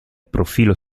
profilo